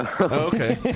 Okay